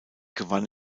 gewann